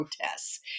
protests